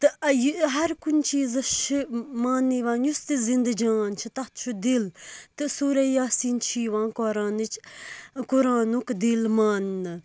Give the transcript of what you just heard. تہٕ یہِ ہَر کُنہِ چیٖزَس چھُ ماننہٕ یِوان یُس تہِ زِنٛدٕ جان چھُ تَتھ چھُ دِل تہٕ سورہ یاسیٖن چھُ یِوان قۅرانٕچ قۅرانُک دِل ماننہٕ